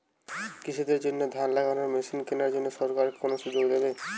কৃষি দের জন্য ধান লাগানোর মেশিন কেনার জন্য সরকার কোন সুযোগ দেবে?